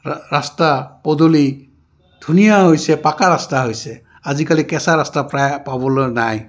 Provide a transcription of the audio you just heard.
ৰাস্তা পদূলি ধুনীয়া হৈছে পকা ৰাস্তা হৈছে আজিকালি কেঁচা ৰাস্তা প্ৰায় পাবলৈ নাই